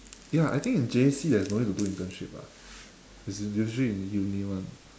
ya I think in J_C there's no need to do internship lah it's usually in uni [one]